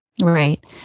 Right